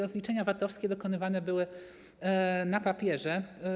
Rozliczenia VAT-owskie dokonywane były na papierze.